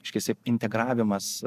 reiškiasi integravimas